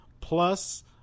plus